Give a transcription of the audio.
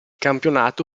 campionato